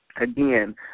Again